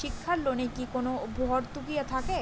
শিক্ষার লোনে কি কোনো ভরতুকি থাকে?